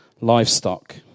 livestock